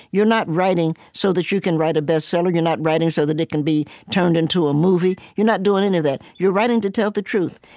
you're not writing so that you can write a bestseller. you're not writing so that it can be turned into a movie. you're not doing any of that. you're writing to tell the truth,